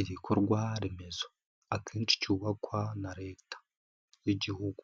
Igikorwaremezo, akenshi cyubakwa na Leta y'Igihugu.